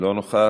אינו נוכח,